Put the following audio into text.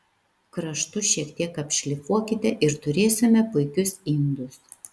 kraštus šiek tiek apšlifuokite ir turėsime puikius indus